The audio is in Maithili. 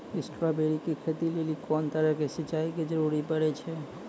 स्ट्रॉबेरी के खेती लेली कोंन तरह के सिंचाई के जरूरी पड़े छै?